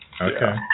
Okay